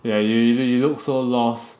yeah you you look so lost